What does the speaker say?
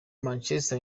manchester